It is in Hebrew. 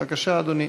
בבקשה, אדוני.